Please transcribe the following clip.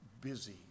busy